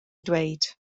dweud